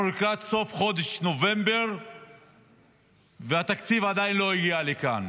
אנחנו לקראת סוף חודש נובמבר והתקציב עדיין לא הגיע לכאן.